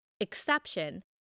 exception